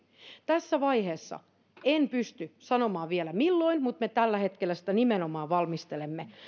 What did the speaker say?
tässä vaiheessa en pysty vielä sanomaan milloin mutta me tällä hetkellä sitä nimenomaan valmistelemme